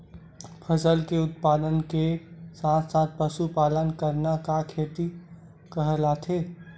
फसल के उत्पादन के साथ साथ पशुपालन करना का खेती कहलाथे?